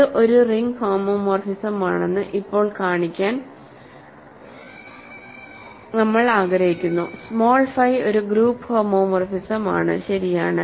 ഇത് ഒരു റിംഗ് ഹോമോമോർഫിസമാണെന്ന് ഇപ്പോൾ കാണിക്കാൻ നമ്മൾ ആഗ്രഹിക്കുന്നു സ്മോൾ ഫൈ ഒരു ഗ്രൂപ്പ് ഹോമോമോർഫിസം ആണ് ശരിയാണ്